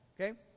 Okay